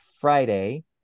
Friday